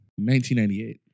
1998